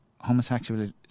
homosexuality